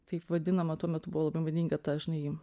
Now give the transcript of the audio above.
taip vadinama tuo metu buvo labai madinga ta žinai